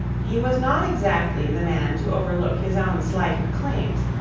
he was not exactly the man to overlook his own slighted claims,